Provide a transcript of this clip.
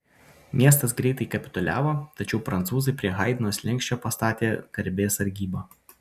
miestas greitai kapituliavo tačiau prancūzai prie haidno slenksčio pastatė garbės sargybą